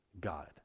God